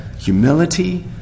humility